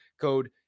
code